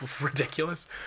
ridiculous